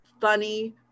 funny